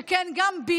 שכן גם אני